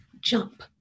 jump